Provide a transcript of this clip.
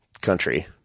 country